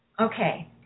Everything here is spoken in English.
Okay